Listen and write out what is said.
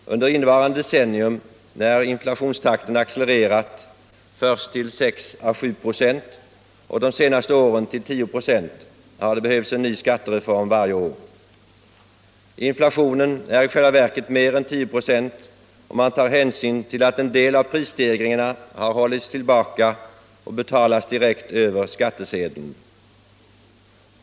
Under innevarande decennium, när inflationstakten accelererat först till 6 äå 7 96 och de senaste åren till 10 96, har det behövts en ny skattereform varje år. Inflationen är i själva verket mer än 10 96 om man tar hänsyn till att en del av prisstegringarna har hållits tillbaka och betalats direkt över skattsedeln.